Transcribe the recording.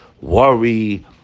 worry